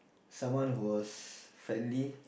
someone who was friendly